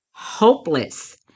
hopeless